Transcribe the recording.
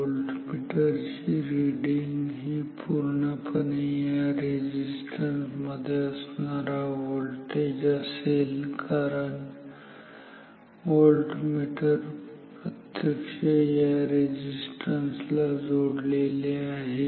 voltmeter ची reading ही पूर्णपणे या रेझिस्टन्स मध्ये असणारा व्होल्टेज असेल कारण व्होल्टमीटर प्रत्यक्ष या रेझिस्टन्स ला जोडलेले आहे